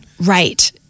Right